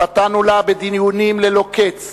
חטאנו לה בדיונים ללא קץ